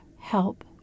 help